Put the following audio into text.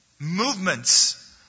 movements